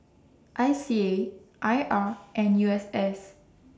I C A I R and U S S